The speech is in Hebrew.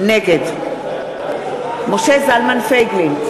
נגד משה זלמן פייגלין,